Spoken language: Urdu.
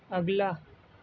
اگلا